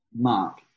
Mark